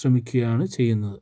ശ്രമിക്കുകയാണ് ചെയ്യുന്നത്